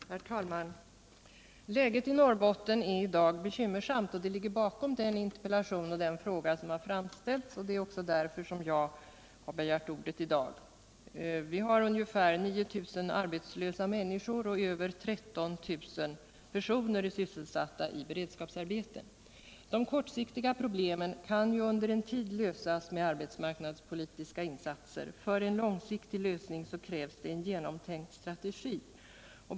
Herr talman! Läget i Norrbotten är i dag bekymmersamt, och det är det som ligger bakom den interpellation och den fråga som här framställts. Det är också därför som jag nu har begärt ordet. Vi har ungefär 9 000 arbetslösa i Norrbotten, och över 16 000 personer är sysselsatta i beredskapsarbete. De kortsiktiga problemen kan ju för en tid lösas med arbetsmarknadspolitiska insatser, men för en långsiktig lösning krävs en genomtänkt strategi.